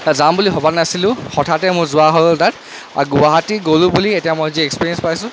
যাম বুলি ভবা নাছিলো হঠাতে মোৰ যোৱা হৈ গ'ল তাত আৰু গুৱাহাটী গ'লো বুলি মই যি এক্সপিৰিয়েঞ্চ পাইছোঁ